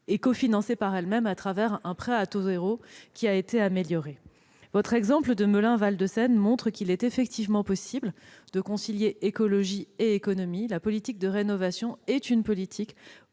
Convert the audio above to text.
et cofinancées par elles-mêmes au travers d'un prêt à taux zéro amélioré. L'exemple de Melun Val de Seine montre qu'il est effectivement possible de concilier écologie et économie. La politique de rénovation bénéficie